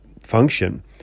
function